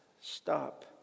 stop